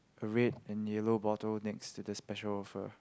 a red and yellow bottle next to the special offer